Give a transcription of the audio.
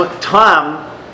Tom